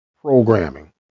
programming